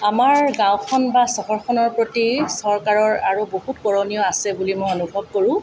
আমাৰ গাঁওখন বা চহৰখনৰ প্ৰতি চৰকাৰৰ আৰু বহু কৰণীয় আছে বুলি মই অনুভৱ কৰো